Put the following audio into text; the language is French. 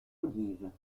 olive